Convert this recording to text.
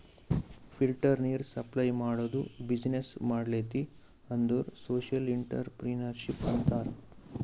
filter ನೀರ್ supply ಮಾಡದು business ಮಾಡ್ಲತಿ ಅಂದುರ್ ಸೋಶಿಯಲ್ ಇಂಟ್ರಪ್ರಿನರ್ಶಿಪ್ ಅಂತಾರ್